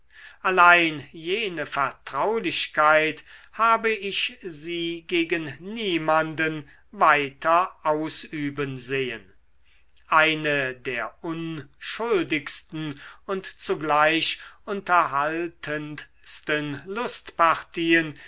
allein jene vertraulichkeit habe ich sie gegen niemanden weiter ausüben sehen eine der unschuldigsten und zugleich unterhaltendsten